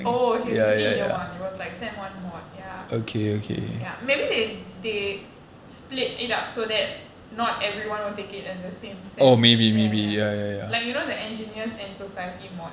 oh okay we took it in year one it was like sem one mod ya ya maybe they they split it up so that not everyone will take it in the same sem ya ya like you know the engineers and society mod